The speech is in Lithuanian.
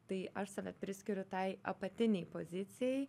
tai aš save priskiriu tai apatinei pozicijai